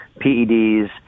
PEDs